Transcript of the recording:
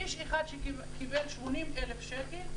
איש אחד שקיבל 80,000 שקל,